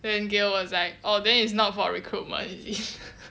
then gill was like oh then it's not for a recruitment is it